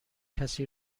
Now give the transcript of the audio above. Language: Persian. کسی